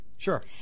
Sure